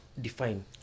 define